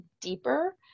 deeper